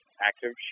active